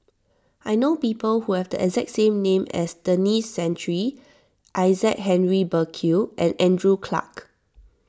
I know people who have the exact name as Denis Santry Isaac Henry Burkill and Andrew Clarke